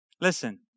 Listen